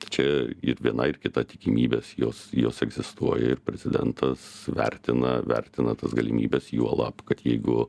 čia ir viena ir kita tikimybės jos jos egzistuoja ir prezidentas vertina vertina tas galimybes juolab kad jeigu